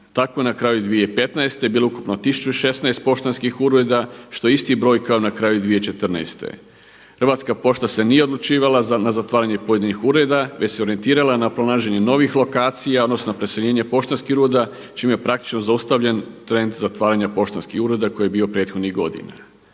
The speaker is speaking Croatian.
Tako je na kraju 2015. bilo ukupno 1016 poštanskih ureda što je isti broj kao na kraju 2014. Hrvatska pošta se nije odlučivala na zatvaranje pojedinih ureda već se orijentirala na pronalaženje novih lokacija, odnosno preseljenje poštanskih ureda čime je praktično zaustavljen trend zatvaranja poštanskih ureda koji je bio prethodnih godina.